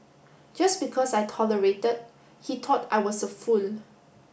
just because I tolerated he thought I was a fool